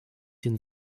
den